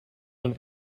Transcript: than